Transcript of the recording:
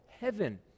heaven